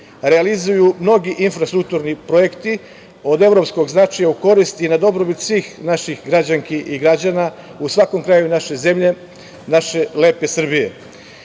realizuju mnogi infrastrukturni projekti od evropskog značaja, u korist i na dobrobit svih naših građanki i građana u svakom kraju naše zemlje, naše lepe